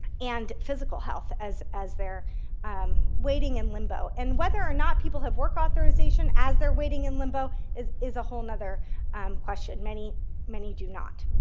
and physical health as as they're um waiting in limbo. and whether or not people have work authorization as they're waiting in limbo is is a whole nother question. many many do not.